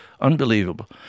unbelievable